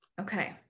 Okay